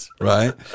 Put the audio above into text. right